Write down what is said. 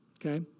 Okay